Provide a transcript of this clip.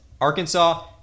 Arkansas